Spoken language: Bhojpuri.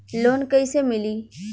लोन कइसे मिलि?